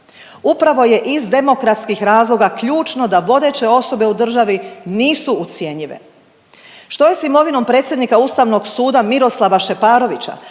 Upravo je iz demokratskih razloga ključno da vodeće osobe u državi nisu ucjenjive. Što je s imovinom predsjednika Ustavnog suda Miroslava Šeparovića,